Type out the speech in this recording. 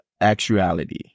actuality